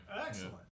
Excellent